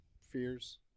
fears